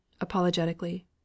apologetically